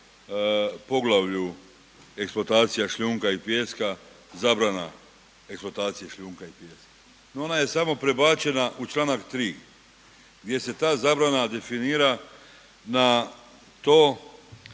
poglavlju eksploatacija šljunka i pijeska, zabrana eksploatacija šljunka i pijeska no ona je samo prebačena u članak 3. gdje se ta zabrana definira na to